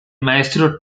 maestro